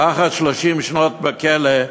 לאחר 30 שנים בכלא,